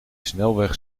snelweg